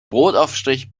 brotaufstrich